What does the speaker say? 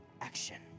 Action